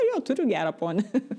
jo turiu gerą ponį